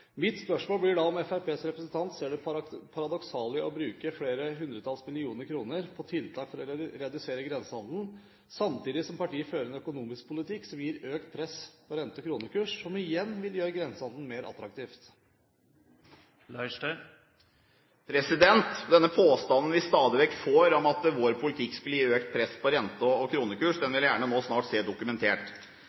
Mitt spørsmål blir da om Fremskrittspartiets representant ser det paradoksale i å bruke flere hundretalls millioner kroner på tiltak for å redusere grensehandelen, samtidig som partiet fører en økonomisk politikk som gir økt press på rente- og kronekurs, som igjen vil gjøre grensehandelen mer attraktiv. Den påstanden vi stadig vekk får om at vår politikk skulle gi økt press på rente- og kronekurs, vil jeg gjerne nå snart se dokumentert.